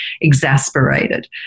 exasperated